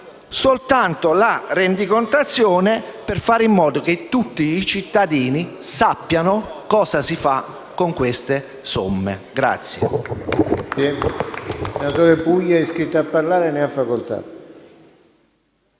soltanto la rendicontazione per fare in modo che tutti i cittadini sappiano cosa si fa con queste somme.